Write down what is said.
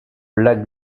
lac